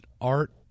art